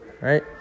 Right